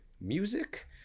music